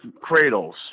cradles